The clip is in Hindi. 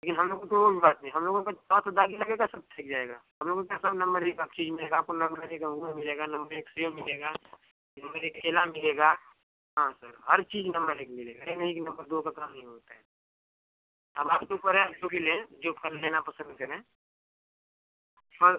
लेकिन हम लोगों तो वो भी बात नहीं हम लोगों का थोड़ा सा दागी लगेगा सब फेक जाएगा हम लोगों के यहाँ सब नम्बर एक अब चीज मिलेगा आपको नम्बर एक अँगूर मिलेगा नम्बर एक सेब मिलेगा नम्बर एक केला मिलेगा हाँ सर हर चीज नम्बर एक मिलेगा ये नहीं कि नम्बर दो का काम नहीं होता है अब आपके ऊपर है आप जो भी लें जो फल लेना पसंद करें फल